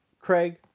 Craig